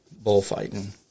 bullfighting